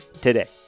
today